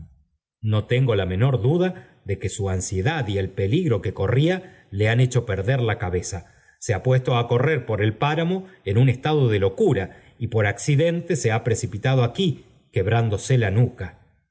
jno tengo la menor duda de que su ansiedad y el peligro que corría le han hecho perder la cabep uesto á correr por el pámmo en un estado de locura y por accidente se ha precinita do aquí quebrándose la nuca